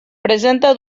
presenta